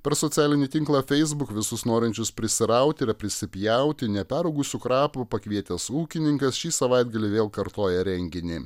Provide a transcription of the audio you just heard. per socialinį tinklą facebook visus norinčius prisirauti ir prisipjauti neperaugusių krapų pakvietęs ūkininkas šį savaitgalį vėl kartoja renginį